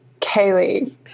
Kaylee